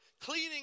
cleaning